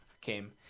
came